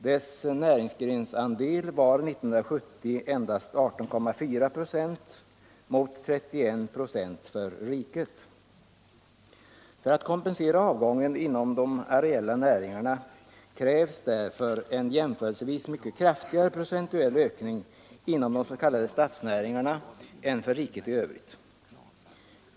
Dess näringsgrensandel var 1970 endast 18,4 26 mot 31 96 för hela riket. För att kompensera avgången inom de areella näringarna krävs därför en jämförelsevis mycket kraftigare procentuell ökning inom de s.k. stadsnäringarna än för riket i övrigt.